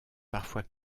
parfois